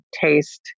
taste